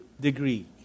degree